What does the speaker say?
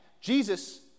Jesus